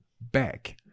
back